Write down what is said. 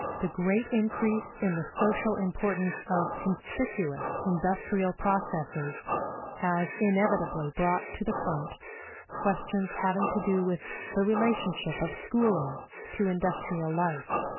the great increase in the social importance of conspicuous industrial processes has inevitably brought to the front questions having to do with the relationship of schooling to industrial life.